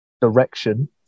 direction